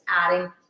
adding